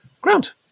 Grant